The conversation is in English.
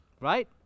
right